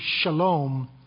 Shalom